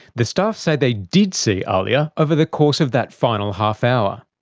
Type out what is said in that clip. the staff say they did see ahlia over the course of that final half hour.